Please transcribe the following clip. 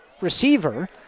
receiver